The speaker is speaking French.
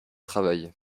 travail